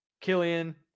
Killian